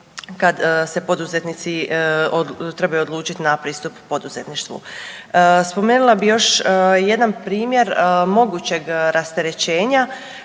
kad se poduzetnici trebaju odlučit na pristup poduzetništvu. Spomenula bi još jedan primjer mogućeg rasterećenja